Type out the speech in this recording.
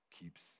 keeps